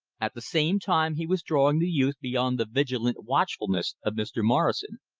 at the same time he was drawing the youth beyond the vigilant watchfulness of mr. morrison.